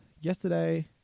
yesterday